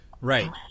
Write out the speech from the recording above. Right